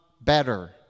better